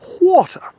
water